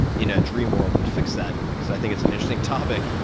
in a dream world, would fix that because i think it's an interesting topic.